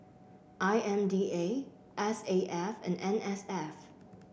I M D A S A F and N S F